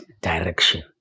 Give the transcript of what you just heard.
direction